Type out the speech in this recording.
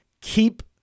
keep